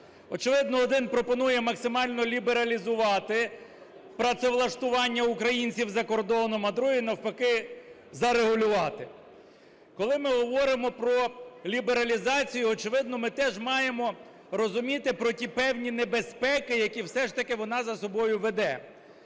Очевидно, один пропонує максимально лібералізувати працевлаштування українців за кордоном, а другий, навпаки, зарегулювати. Коли ми говоримо про лібералізацію, очевидно, ми теж маємо розуміти про ті певні небезпеки, які все ж таки вона за собою веде,